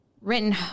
written